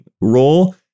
role